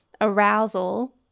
arousal